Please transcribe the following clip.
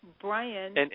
Brian